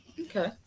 Okay